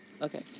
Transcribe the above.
Okay